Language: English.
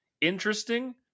interesting